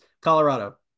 Colorado